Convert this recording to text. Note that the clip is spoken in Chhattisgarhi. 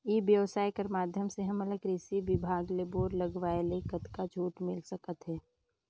ई व्यवसाय कर माध्यम से हमन ला कृषि विभाग ले बोर लगवाए ले कतका छूट मिल सकत हे?